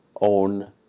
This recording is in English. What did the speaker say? own